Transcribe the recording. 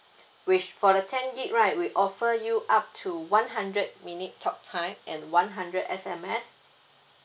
which for the ten gig right we offer you up to one hundred minute talktime and one hundred S_M_S